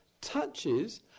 touches